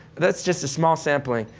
that's just a small sampling.